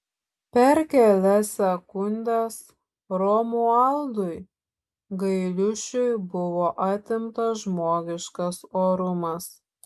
per kelias sekundes romualdui gailiušiui buvo atimtas žmogiškas orumas